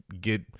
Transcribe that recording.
get